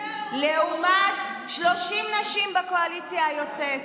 לעומת 30 נשים בקואליציה היוצאת.